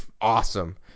awesome